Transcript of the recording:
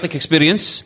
experience